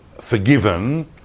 forgiven